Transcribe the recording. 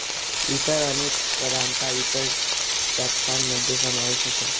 इतर अनेक करांचा इतर टेक्सान मध्ये समावेश होतो